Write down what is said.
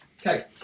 Okay